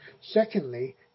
Secondly